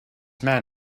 man